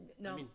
no